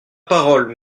parole